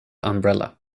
umbrella